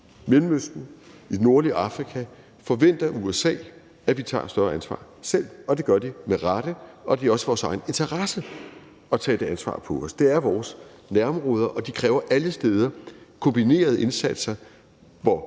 Mellemøsten og i det nordlige Afrika forventer USA at vi tager et større ansvar selv, og det gør de med rette, og det er også i vores egen interesse at tage det ansvar på os. Det er vores nærområder, og alle steder kræves der kombinerede indsatser.